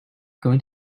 going